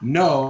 no